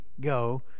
go